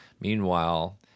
Meanwhile